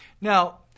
Now